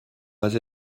pas